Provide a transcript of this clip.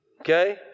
okay